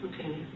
Okay